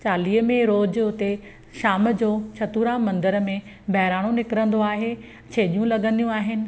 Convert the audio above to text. चालीहे में रोज़ु उते शाम जो छतूराम मंदर में बहिराणो निकिरंदो आहे छेॼियूं लॻंदियूं आहिनि